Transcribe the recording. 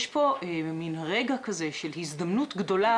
יש פה מין רגע כזה של הזדמנות גדולה,